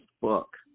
book